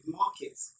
markets